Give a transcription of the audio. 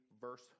verse